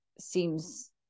seems